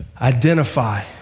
Identify